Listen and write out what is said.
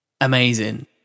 amazing